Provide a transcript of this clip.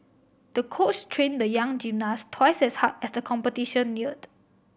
the coach train the young gymnast twice as hard as the competition neared